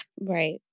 Right